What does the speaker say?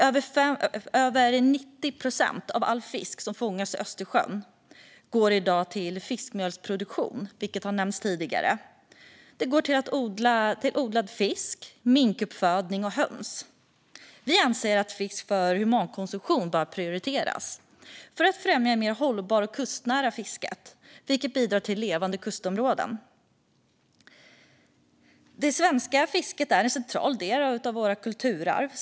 Över 90 procent av all fisk som fångas i Östersjön går i dag till fiskmjölsproduktion, vilket har nämnts tidigare, till odlad fisk, minkuppfödning och höns. Vi anser att fisk för humankonsumtion bör prioriteras för att främja det mer hållbara och kustnära fisket, vilket bidrar till levande kustområden. Det svenska fisket är en central del av vårt kulturarv.